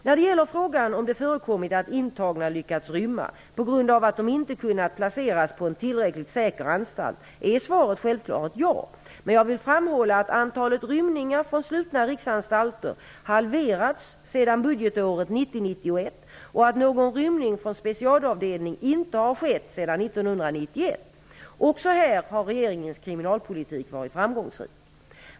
När det gäller frågan om det förekommit att intagna lyckats rymma på grund av att de inte kunnat placeras på en tillräckligt säker anstalt är svaret självfallet ja, men jag vill framhålla att antalet rymningar från slutna riksanstalter halverats sedan budgetåret 1990/91 och att någon rymning från specialavdelning inte har skett sedan år 1991. Också här har regeringens kriminalpolitik varit framgångsrik.